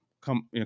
come